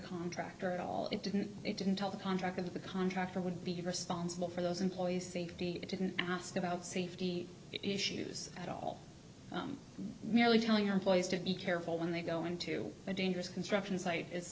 contractor at all it didn't it didn't tell the contractor that the contractor would be responsible for those employees safety didn't ask about safety issues at all i'm merely telling our boys to be careful when they go into a dangerous construction site it's